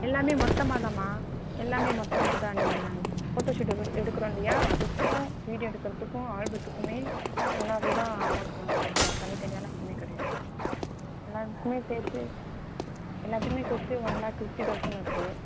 எல்லாமே மொத்தமாக தாம்மா எல்லாமே மொத்தமாக தான் நீங்கள் ஃபோட்டோ ஷூட்டை ஃபஸ்ட்டு எடுக்கிறோம் இல்லையா அதுக்கும் வீடியோ எடுக்கிறதுக்கும் ஆல்பத்துக்குமே ஒன்றாவே தான் அமௌண்ட் நாங்கள் கொடுப்போம் தனித் தனியாயெல்லாம் எதுவுமே கிடையாது எல்லாத்துக்குமே சேர்த்து எல்லாத்துக்குமே சேர்த்து ஒன் லேக் ஃபிஃப்டி தௌசண்ட் வருது